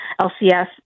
LCS